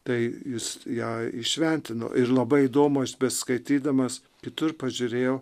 tai jis ją įšventino ir labai įdomu aš beskaitydamas kitur pažiūrėjau